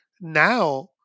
Now